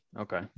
okay